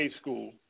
school